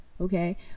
okay